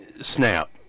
SNAP